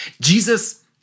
Jesus